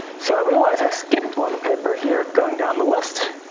so, i realize i skipped one paper here going down the list.